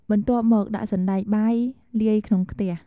បន្ទាប់មកដាក់សណ្ដែកបាយលាយក្នុងខ្ទះ។